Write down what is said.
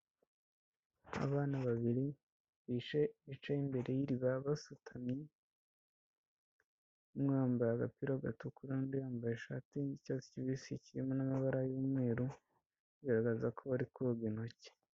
Abana babiri bicaye imbere y'iriba basutamye, umwe yambaye agapira gatukura undi yambaye ishati y'icyatsi kibisi kirimo n'amabara y'umweru bigaragaza ko bari koga intoki.